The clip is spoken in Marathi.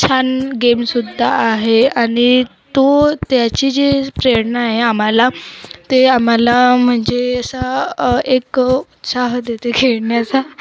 छान गेमसुद्धा आहे आणि तो त्याची जी प्रेरणा आहे आम्हाला ते आम्हाला म्हणजे असा एक उत्साह देते खेळण्याचा